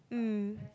mm